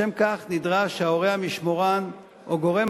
לשם כך נדרש שההורה המשמורן או גורם